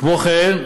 כמו כן,